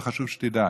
וחשוב שתדע,